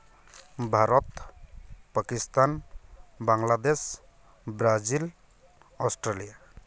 Bharat Pakistan Bangladesh Brazil Australia